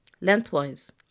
lengthwise